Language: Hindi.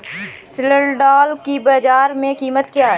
सिल्ड्राल की बाजार में कीमत क्या है?